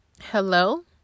hello